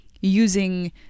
using